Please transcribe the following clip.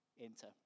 enter